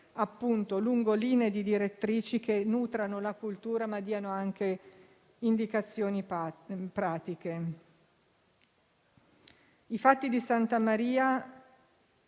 diventare, lungo linee direttrici che nutrano la cultura ma diano anche indicazioni pratiche. I fatti di Santa Maria